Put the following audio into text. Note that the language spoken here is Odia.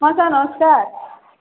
ହଁ ସାର୍ ନମସ୍କାର